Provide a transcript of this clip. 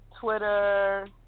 Twitter